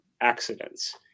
accidents